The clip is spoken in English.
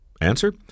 Answer